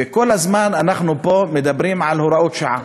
וכל הזמן אנחנו פה מדברים על הוראות שעה.